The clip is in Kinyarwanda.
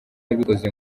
yabikoze